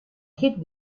hit